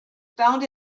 found